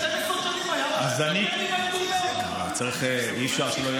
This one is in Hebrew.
12 שנים היה לו, אי-אפשר שלא יהיה,